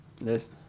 yes